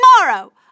tomorrow